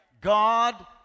God